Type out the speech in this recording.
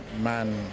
man